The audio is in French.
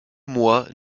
mois